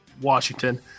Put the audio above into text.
Washington